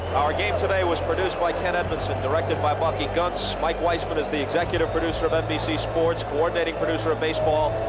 our game today was produced by ken edmundson, directed by bucky gunts, mike weisman is the executive producer of nbc sports, coordinating producer of baseball,